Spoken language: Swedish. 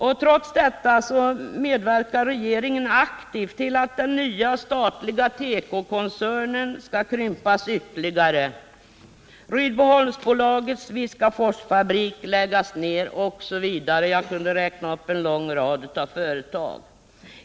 Trots detta medverkar regeringen aktivt till att den nya statliga tekokoncernen ytterligare skall krympas. Bl. a. Rydboholmsbolagets fabrik i Viskafors skall läggas ner — jag skulle kunna räkna upp en lång rad företag med liknande problem.